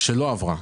שלא עברה.